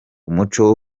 umuco